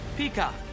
Peacock